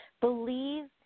believe